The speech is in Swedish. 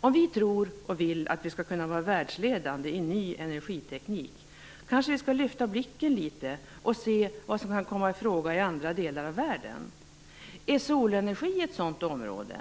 Om vi tror, och vill, att vi skall kunna vara världsledande i fråga om ny energiteknik, kanske vi skall lyfta blicken litet och se vad som kan komma i fråga i andra delar av världen. Är solenergin ett sådant område?